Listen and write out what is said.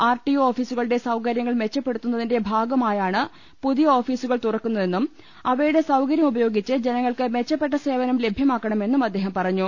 R T O ഓഫീസുകളുടെ സൌകര്യങ്ങൾ മെച്ചപ്പെടു ത്തുന്നതിന്റെ ഭാഗമായാണ് പുതിയ ഓഫീസുകൾ തുറക്കുന്ന തെന്നും അവയുടെ സൌകരൃം ഉപയോഗിച്ച് ജനങ്ങൾക്ക് മെച്ച പ്പെട്ട സേവനം ലഭൃമാക്കണമെന്നും അദ്ദേഹം പറഞ്ഞു